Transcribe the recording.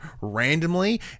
randomly